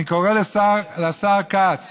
אני קורא לשר כץ: